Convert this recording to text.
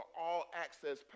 all-access